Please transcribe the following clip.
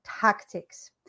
tactics